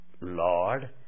Lord